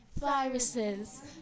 Viruses